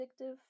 addictive